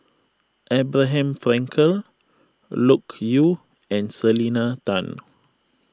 Abraham Frankel Loke Yew and Selena Tan